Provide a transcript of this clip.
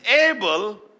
able